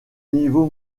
niveau